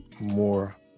more